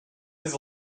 his